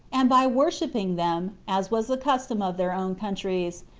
and by worshipping them, as was the custom of their own countries,